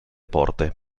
porte